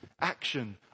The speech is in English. action